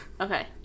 Okay